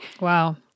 Wow